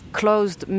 closed